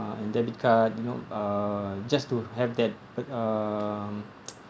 uh and debit card you know uh just to have that uh